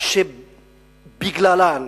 שבגללן